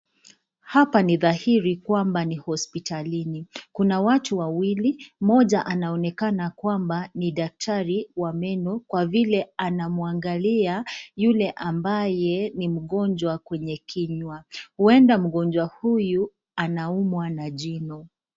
Hapa ni dhairi kwamba ni hospitalini. Kuna watu wawili, mmoja anaonekana kwamba ni daktari wa meno kwa vile anamwagalia yule ambaye ni mgonjwa kwenye kinywa, ueda mgonjwa huyu anaumwa na jino.